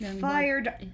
Fired